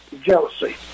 jealousy